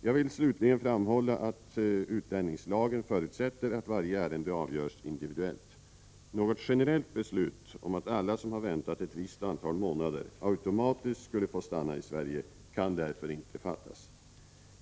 Jag vill slutligen framhålla att utlänningslagen förutsätter att varje ärende avgörs individuellt. Något generellt beslut om att alla som har väntat ett visst antal månader automatiskt skulle få stanna i Sverige kan därför inte fattas.